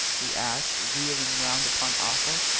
he asked, wheeling round upon arthur.